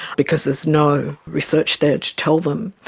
because there is no research there to tell them?